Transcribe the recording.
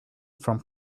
from